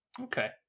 Okay